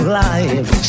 life